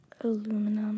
Aluminum